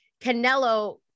Canelo